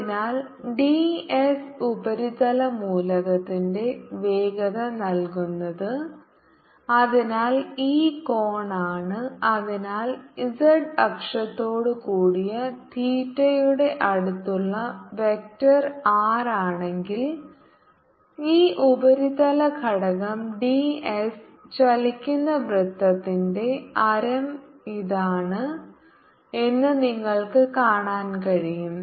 അതിനാൽ d s ഉപരിതല മൂലകത്തിന്റെ വേഗത നൽകുന്നത് അതിനാൽ ഈ കോണാണ് അതിനാൽ z അക്ഷത്തോടുകൂടിയ തീറ്റയുടെ അടുത്തുള്ള വെക്റ്റർ r ആണെങ്കിൽ ഈ ഉപരിതല ഘടകം d s ചലിക്കുന്ന വൃത്തത്തിന്റെ ആരം ഇതാണ് എന്ന് നിങ്ങൾക്ക് കാണാൻ കഴിയും